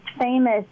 famous